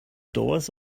doors